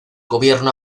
gobierno